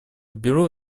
бюро